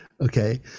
okay